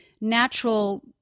natural